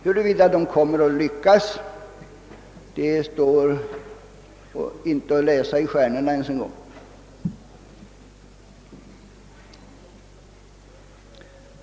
Huruvida man kommer att göra det, står emellertid inte ens att läsa i stjärnorna.